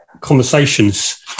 conversations